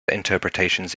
interpretations